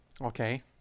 Okay